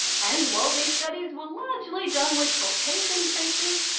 and while these studies were largely done with caucasian faces,